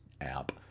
app